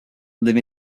live